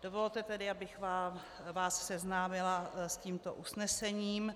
Dovolte tedy, abych vás seznámila s tímto usnesením.